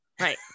Right